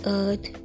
earth